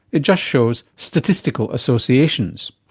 it just shows statistical associations.